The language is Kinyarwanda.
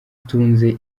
utunze